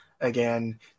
again